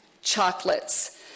chocolates